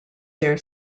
their